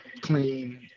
clean